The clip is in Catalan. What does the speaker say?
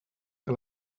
que